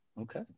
Okay